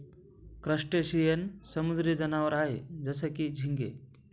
crustacean समुद्री जनावर आहे जसं की, झिंगे